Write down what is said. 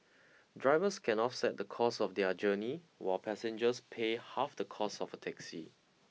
drivers can offset the cost of their journey while passengers pay half the cost of a taxi